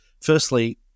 Firstly